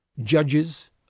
judges